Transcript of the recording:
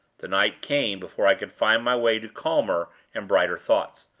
the night came before i could find my way to calmer and brighter thoughts.